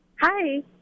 Hi